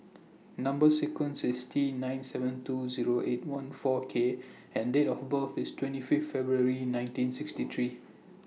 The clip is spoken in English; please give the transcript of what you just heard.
Number sequence IS T nine seven two Zero eight one four K and Date of birth IS twenty five February nineteen sixty three